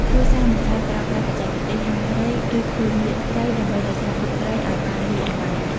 គ្រួសារនេសាទប្រើប្រាស់ បច្ចេកទេសហាលត្រី ឬ ធ្វើងៀតត្រីដើម្បីរក្សាទុកត្រីឱ្យបានយូរអង្វែង។